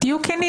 תהיו כנים.